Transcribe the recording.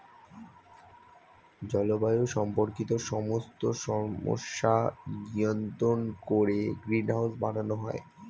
জলবায়ু সম্পর্কিত সমস্ত সমস্যা নিয়ন্ত্রণ করে গ্রিনহাউস বানানো হয়